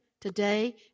today